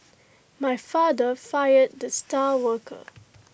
my father fired the star worker